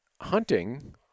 hunting